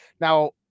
Now